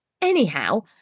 Anyhow